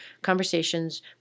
conversations